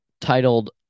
titled